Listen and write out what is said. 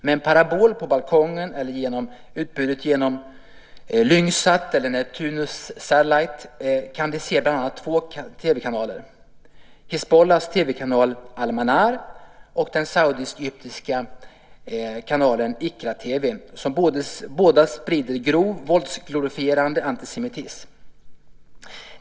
Med en parabol på balkongen eller genom utbudet hos Lyngsat eller Neptunus Satellite kan de bland annat se två TV-kanaler, Hizbollahs TV-kanal Al-Manar och den saudisk-egyptiska kanalen Iqraa-TV, som båda sprider grov våldsglorifierande antisemitism.